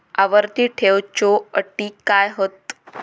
आवर्ती ठेव च्यो अटी काय हत?